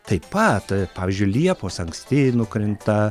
taip pat pavyzdžiui liepos anksti nukrinta